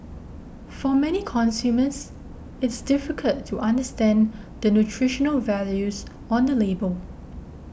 for many consumers it's difficult to understand the nutritional values on the label